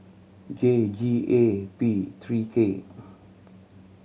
J G A P three K